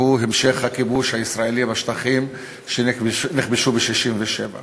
והוא המשך הכיבוש הישראלי בשטחים שנכבשו ב-1967.